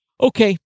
Okay